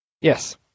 Yes